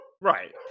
Right